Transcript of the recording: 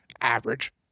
average